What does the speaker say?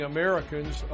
Americans